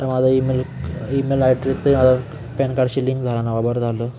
आता माझा email email ॲड्रेसही माझा पॅन कार्डशी लिंक झाला ना वा बरं झालं